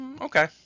Okay